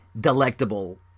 delectable